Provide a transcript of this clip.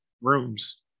rooms